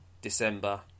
December